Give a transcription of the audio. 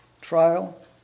trial